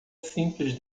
simples